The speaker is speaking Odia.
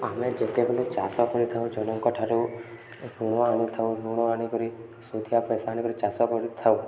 ଆମେ ଯେତେବେଳେ ଚାଷ କରିଥାଉ ଜଣଙ୍କ ଠାରୁ ଋଣ ଆଣିଥାଉ ଋଣ ଆଣିକରି ସୁଧିଆ ପଇସା ଆଣିକରି ଚାଷ କରିଥାଉ